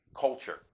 culture